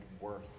worth